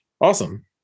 awesome